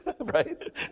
Right